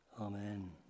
Amen